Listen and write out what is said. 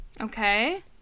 okay